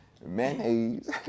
Mayonnaise